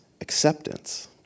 acceptance